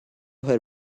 her